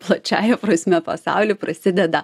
plačiąja prasme pasauly prasideda